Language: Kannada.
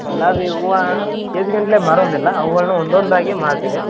ಗುಲಾಬಿ ಹೂವು ಕೆ ಜಿಗಟ್ಟಲೆ ಮಾರೋದಿಲ್ಲ ಅವ್ಗಳ್ನ ಒಂದೊಂದಾಗಿ ಮಾರ್ತೀವಿ